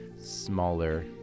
smaller